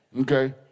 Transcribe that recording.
okay